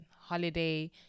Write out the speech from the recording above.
holiday